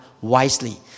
wisely